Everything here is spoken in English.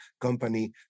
company